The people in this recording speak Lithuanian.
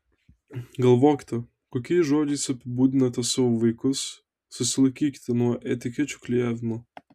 galvokite kokiais žodžiais apibūdinate savo vaikus susilaikykite nuo etikečių klijavimo